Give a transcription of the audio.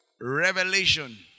Revelation